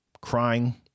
crying